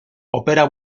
opera